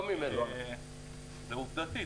זה עובדתי,